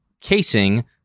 casing